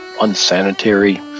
unsanitary